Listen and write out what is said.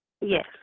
Yes